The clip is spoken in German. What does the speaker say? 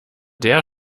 der